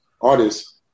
artists